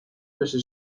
نوشته